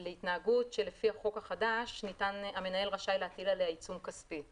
להתנהגות שלפי החוק החדש המנהל רשאי להטיל עליה עיצום כספי.